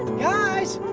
guys.